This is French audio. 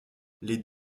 les